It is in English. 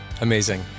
Amazing